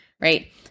right